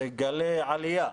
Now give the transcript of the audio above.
גלי עלייה,